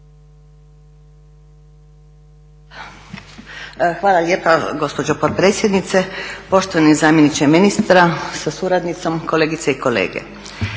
Hvala lijepa gospođo potpredsjednice. Poštovani zamjeniče ministra sa suradnicom, kolegice i kolege.